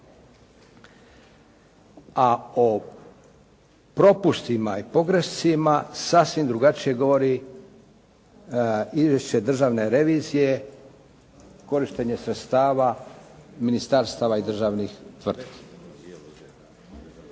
A o propustima i pogreškama sasvim drugačije govori izvješće državne revizije, korištenje sredstava ministarstava i državnih tvrtki.